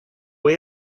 way